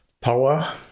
power